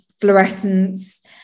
fluorescence